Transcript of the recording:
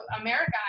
America